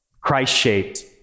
Christ-shaped